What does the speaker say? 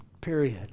Period